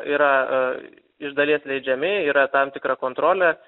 yra iš dalies leidžiami yra tam tikra kontrolė